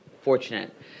fortunate